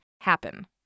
happen